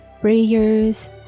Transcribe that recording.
prayers